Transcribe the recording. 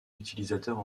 utilisateurs